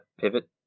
pivot